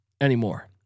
anymore